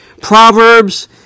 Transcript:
Proverbs